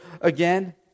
again